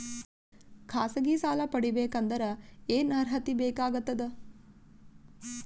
ಖಾಸಗಿ ಸಾಲ ಪಡಿಬೇಕಂದರ ಏನ್ ಅರ್ಹತಿ ಬೇಕಾಗತದ?